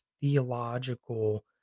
theological